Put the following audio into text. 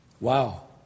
wow